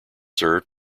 served